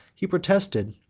he protested,